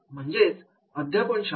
म्हणजेच अध्यापन शास्त्र